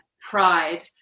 pride